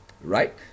right